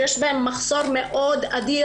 שיש בהן מחסור אדיר,